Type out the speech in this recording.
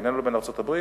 בינינו לבין ארצות-הברית,